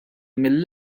mill